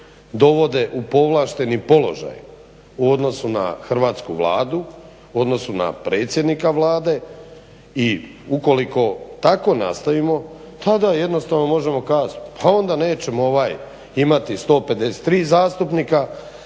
dovode u povlašteni položaj u odnosu na hrvatsku Vladu, u odnosu na predsjednika Vlade. I ukoliko tako nastavimo tada jednostavno možemo kazat pa onda nećemo imati 153 zastupnika,